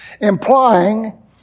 implying